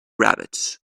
rabbits